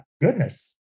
goodness